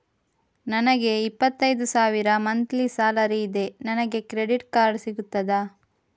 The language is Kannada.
ನನಗೆ ಇಪ್ಪತ್ತೈದು ಸಾವಿರ ಮಂತ್ಲಿ ಸಾಲರಿ ಇದೆ, ನನಗೆ ಕ್ರೆಡಿಟ್ ಕಾರ್ಡ್ ಸಿಗುತ್ತದಾ?